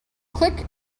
click